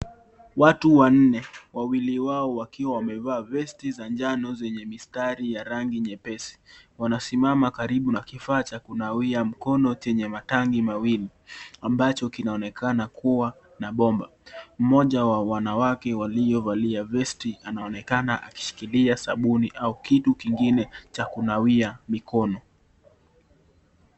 Watu wanne, wawili wao wakiwa wamevaa vesti za njano zenye mistari ya rangi ya nyepesi. Wanasimama karibu na kifaa cha kunawia mkono chenye matangi mawili ambacho kinaonekana kuwa na Bomba. Mmoja wa wanawake walio valia vesti anaonekana akimshikilia sabuni au kitu kingine cha kunawia mkono.